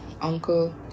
uncle